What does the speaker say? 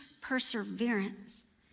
perseverance